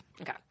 okay